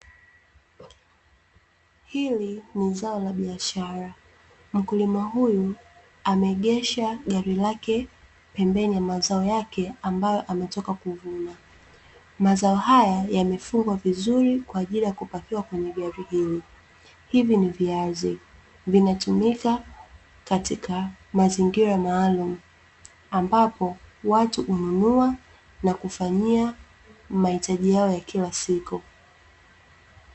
Hili ni zao la biashara, mkulima huyu ameegesha gari lake pembeni ya mazao yake ambayo ametoka kuvuna, mazao haya yamefungwa vizuri kwa ajili ya kupakiwa kwenye gari hili, hivi ni viazi vinatumika katika mazingira maalum ambapo watu hununua na kufanyia mahitaji yao ya kila siku.